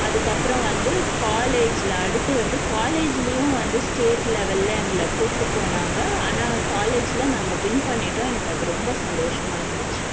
அதுக்கப்புறம் வந்து காலேஜில் அடுத்து வந்து காலேஜ்லியும் வந்து ஸ்டேட் லெவலில் எங்களை கூப்பிட்டுப் போனாங்க ஆனால் காலேஜில் நாங்கள் வின் பண்ணிட்டோம் எனக்கு அது ரொம்ப சந்தோஷமாக இருந்துச்சு